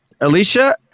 Alicia